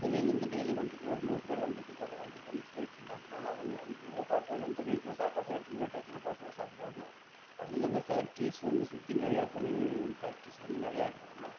வெளிலேருந்து டெய்லியும் வந்துட்டு ஒரு நூறு பேர் வந்துட்டு போகிற வந்துட்டு வந்துட்டு போயிட்ருந்தாங்கன்னா அவங்க வந்து ஹோட்டல் வந்து வீட்டில் சாப்பாடு செய்கிறதுக்கு லேட்டாச்சுனால் ஹோட்டலில் சாப்பிடுவாங்க அதுவும் இல்லாமல் ஃபேக்ட்ரிஸ் வந்து சுற்றி நிறையா தொழில் ஃபேக்ட்ரிஸ் வந்து நிறையா இருந்துதுன்னால்